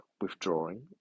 withdrawing